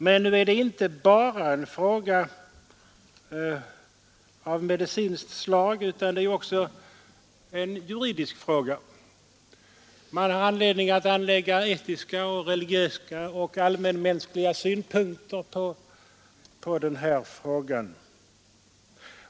Men nu gäller det inte enbart en fråga av medicinskt slag, utan också en juridisk fråga. Man har anledning att också anlägga etiska, religiösa och allmänmänskliga synpunkter på densamma.